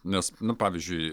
nes nu pavyzdžiui